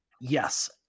Yes